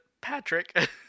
patrick